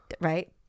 Right